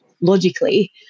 logically